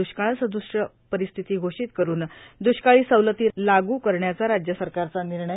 द्ष्काळ सदृश्य परिस्थिती घोषित करून द्ष्काळी सवलती लागू करण्याचा राज्य सरकारचा निर्णय